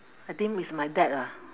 I think it's my dad lah